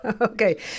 Okay